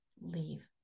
leave